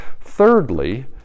Thirdly